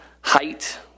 height